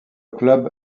club